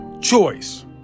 choice